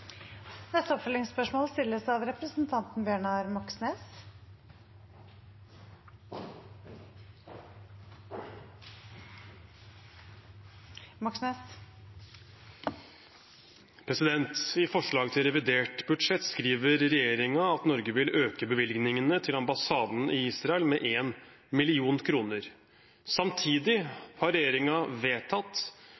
Bjørnar Moxnes – til oppfølgingsspørsmål. I forslag til revidert budsjett skriver regjeringen at Norge vil øke bevilgningene til ambassaden i Israel med 1 mill. kr. Samtidig